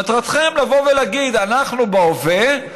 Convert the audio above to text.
מטרתכם להגיד, אנחנו בהווה,